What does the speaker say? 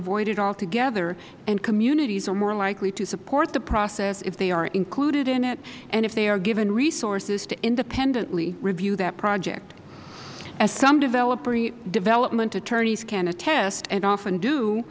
avoided altogether and communities are more likely to support the process if they are included in it and if they are given resources to independently review that project as some development attorneys can attest and often do